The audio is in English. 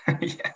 Yes